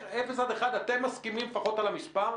אפס עד אחד, אתם מסכימים לפחות על המספר?